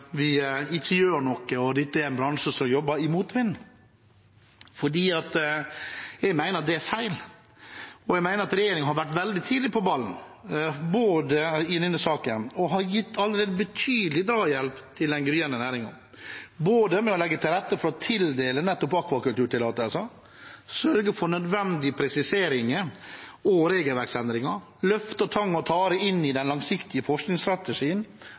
vi ikke gjør noe, og at dette er en bransje som jobber i motvind, for det mener jeg er feil. Jeg mener at regjeringen har vært veldig tidlig på ballen i denne saken og allerede har gitt betydelig drahjelp til den gryende næringen, både med å legge til rette for å tildele akvakulturtillatelser, sørge for nødvendige presiseringer og regelverksendringer, løfte tang og tare inn i den langsiktige forskningsstrategien